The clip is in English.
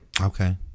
Okay